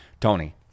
Tony